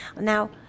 Now